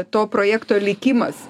to projekto likimas